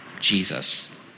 Jesus